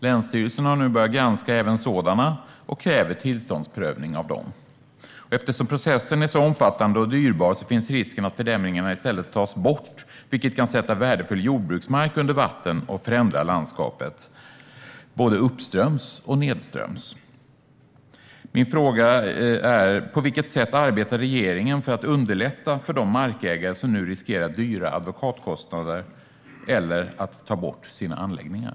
Länsstyrelserna har nu börjat granska även sådana och kräver tillståndsprövning av dem. Eftersom processen är så omfattande och dyrbar finns risken att fördämningarna i stället tas bort, vilket kan sätta värdefull jordbruksmark under vatten och förändra landskapet både uppströms och nedströms. Min fråga är: På vilket sätt arbetar regeringen för att underlätta för de markägare som nu riskerar dyra advokatkostnader eller att behöva ta bort sina anläggningar?